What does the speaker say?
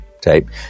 Tape